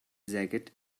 jacket